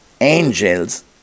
angels